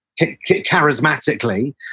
charismatically